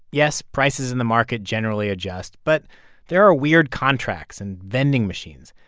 yes, prices in the market generally adjust, but there are weird contracts and vending machines.